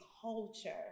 culture